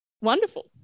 wonderful